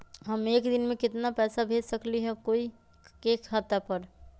हम एक दिन में केतना पैसा भेज सकली ह कोई के खाता पर?